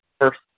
first